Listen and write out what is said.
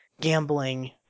gambling